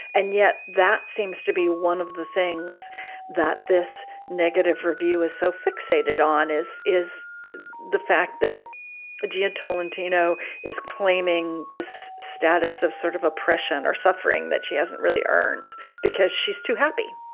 and yet that seems to be one of the things that this negative review is so fixated on is, is the fact that but gia tolentino is claiming this status of sort of oppression or suffering that she hasn't really earned because she's too happy